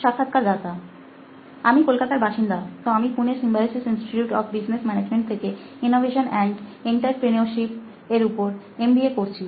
সাক্ষাৎকারদাতা আমি কলকাতার বাসিন্দা তো আমি পুণের Symbiosis Institute of Business Management থেকে ইনোভেসান এন্ড এর উপর এম বি এ করছি